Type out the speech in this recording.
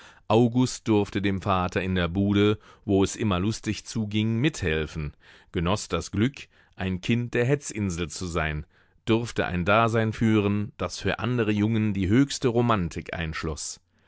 august durfte dem vater in der bude wo's immer lustig zuging mithelfen genoß das glück ein kind der hetzinsel zu sein durfte ein dasein führen das für andere jungen die höchste romantik einschloß